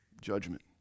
judgment